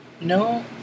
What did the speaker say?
No